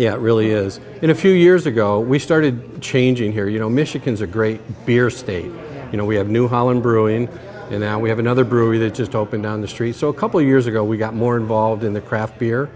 yet really is in a few years ago we started changing here you know michigan's a great beer state you know we have new holland brewing in now we have another brewery that just opened on the street so a couple years ago we got more involved in the craft beer